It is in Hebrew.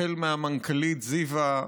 החל מהמנכ"לית זיוה,